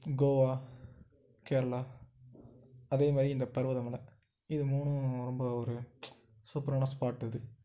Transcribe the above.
கோவா கேரளா அதேமாதிரி இந்த பருவத மலை இது மூணும் ரொம்ப ஒரு சூப்பரான ஸ்பார்ட் இது